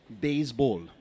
Baseball